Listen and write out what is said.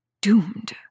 Doomed